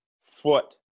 foot –